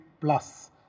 plus